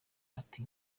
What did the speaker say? ati